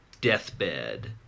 deathbed